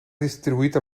distribuït